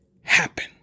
happen